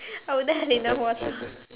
I will dive in the water